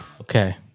Okay